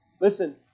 Listen